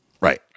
Right